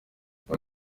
ngo